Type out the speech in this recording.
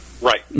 Right